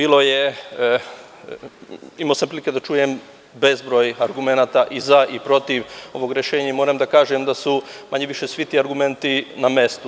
Imao sam prilike da čujem bezbroj argumenata i za i protiv ovog rešenja i moram da kažem da su manje-više svi ti argumenti na mestu.